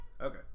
Okay